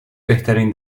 بهترین